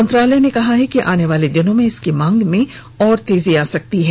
मंत्रालय ने कहा है कि आने वाले दिनों में इसकी मांग में और तेजी आ सकती है